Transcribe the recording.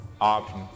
Option